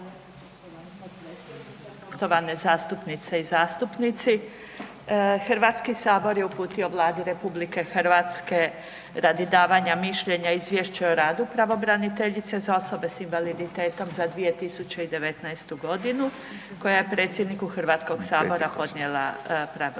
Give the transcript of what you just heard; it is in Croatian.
Hrvatski sabor je uputio Vladi RH radi davanja mišljenja Izvješće o radu pravobraniteljice za osobe s invaliditetom za 2019. godinu koja je predsjedniku HS-a podnijela pravobraniteljica